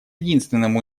единственным